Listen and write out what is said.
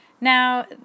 Now